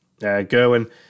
Gerwin